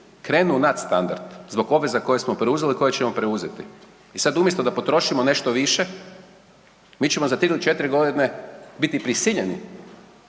krenu u nadstandard zbog obveza koje smo preuzeli i koje ćemo preuzeti i sad umjesto da potrošimo nešto više, mi ćemo za 3 do 4.g. biti prisiljeni